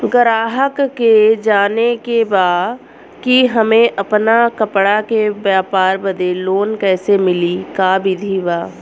गराहक के जाने के बा कि हमे अपना कपड़ा के व्यापार बदे लोन कैसे मिली का विधि बा?